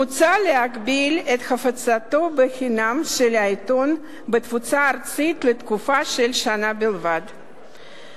מוצע להגביל את הפצתו בחינם של העיתון בתפוצה ארצית לתקופה של שנה בלבד.